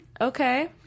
Okay